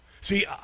see